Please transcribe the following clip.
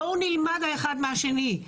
בואו נלמד האחד מהשני.